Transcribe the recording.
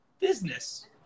business